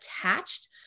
attached